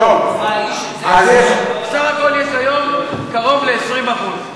בסך הכול יש היום קרוב ל-20%.